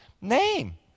name